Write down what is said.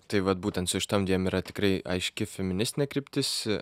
tai vat būtent su šitom dviem yra tikrai aiški feministinė kryptis